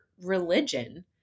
religion